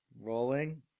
Rolling